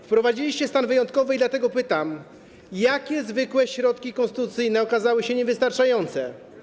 Wprowadziliście stan wyjątkowy i dlatego pytam: Jakie zwykłe środki konstytucyjne okazały się niewystarczające?